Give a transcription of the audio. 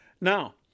Now